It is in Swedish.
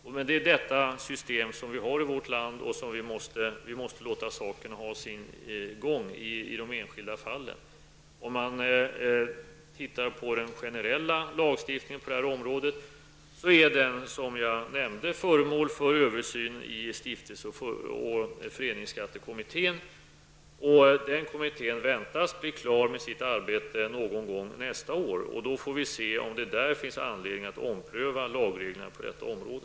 Detta är det system vi har i vårt land, och vi måste låta sakerna ha sin gång i de enskilda fallen. Den generella lagstiftningen på detta område är, som jag nämnde, föremål för översyn i stiftelse och föreningsskattekommittén. Den kommittén väntas bli klar med sitt arbete någon gång nästa år, och vi får då se om det där finns anledning att ompröva lagreglerna på detta område.